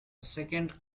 second